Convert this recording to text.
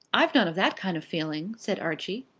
i've none of that kind of feeling, said archie.